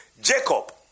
Jacob